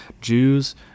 Jews